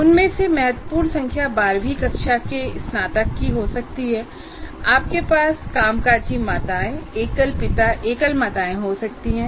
उनमें से महत्वपूर्ण संख्या बारहवीं कक्षा से स्नातक हो सकती है और आपके पास कामकाजी माताएँ एकल पिता एकल माताएँ हो सकती हैं